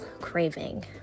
craving